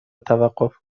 توقف